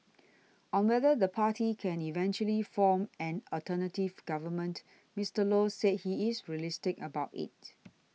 on whether the party can eventually form an alternative government Mister Low said he is realistic about it